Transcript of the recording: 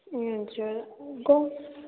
ए हजुर ग